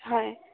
হয়